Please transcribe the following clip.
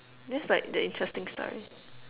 this like the interesting story